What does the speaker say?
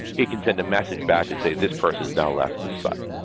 it can send a message back to say, this person has now left the site.